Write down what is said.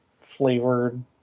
flavored